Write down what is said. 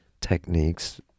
techniques